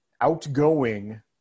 outgoing